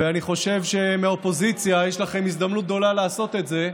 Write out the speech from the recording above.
ואני חושב שמהאופוזיציה יש לכם הזדמנות גדולה לעשות את זה,